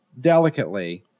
delicately